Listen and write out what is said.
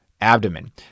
abdomen